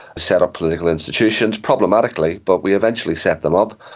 set up political institutions, problematically but we eventually set them up,